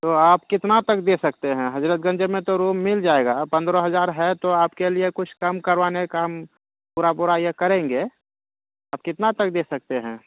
تو آپ کتنا تک دے سکتے ہیں حضرت گنج میں تو روم مل جائے گا پندرہ ہزار ہے تو آپ کے لیے کچھ کم کروانے کا ہم پورا پورا یہ کریں گے آپ کتنا تک دے سکتے ہیں